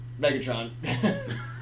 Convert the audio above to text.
Megatron